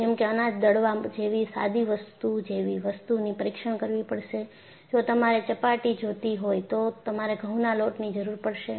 જેમકે અનાજ દળવા જેવી સાદી વસ્તુ જેવી વસ્તુની પરીક્ષણ કરવી પડશે જો તમારે ચપાટી જોતી હોય તો તમારે ઘઉંના લોટની જરૂર પડશે